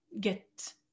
get